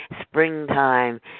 springtime